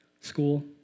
school